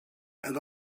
and